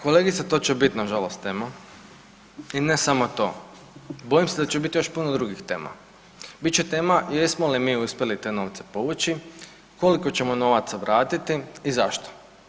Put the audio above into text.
Kolegice, to će bit nažalost tema i ne samo to, bojim se da će bit još puno drugih tema, bit će tema jesmo li mi uspjeli te novce povući, koliko ćemo novaca vratiti i zašto.